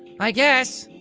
i guess.